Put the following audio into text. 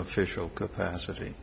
official capacity